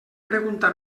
pregunta